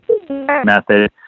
method